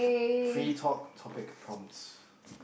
free talk topic prompts